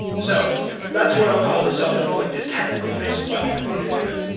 so that's what i'll call the self-inflicted technical reason why people need to do it.